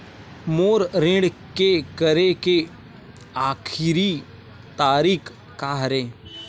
मोर ऋण के करे के आखिरी तारीक का हरे?